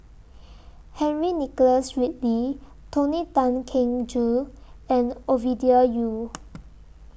Henry Nicholas Ridley Tony Tan Keng Joo and Ovidia Yu